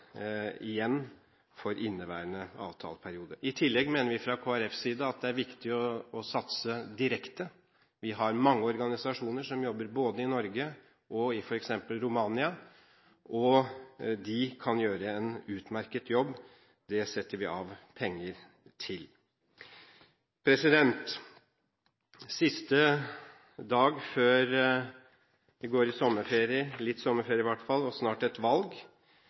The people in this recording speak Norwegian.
igjen for inneværende avtaleperiode. I tillegg mener vi fra Kristelig Folkepartis side at det er viktig å satse direkte. Vi har mange organisasjoner som jobber både i Norge og i f.eks. Romania, og de kan gjøre en utmerket jobb. Det setter vi av penger til. Siste dag før vi går ut i sommerferie – litt sommerferie, i hvert fall, og snart er det valg